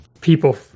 people